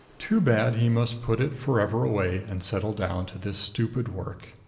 too bad he must put it forever away and settle down to this stupid work!